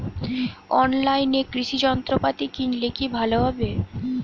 অনলাইনে কৃষি যন্ত্রপাতি কিনলে কি ভালো হবে?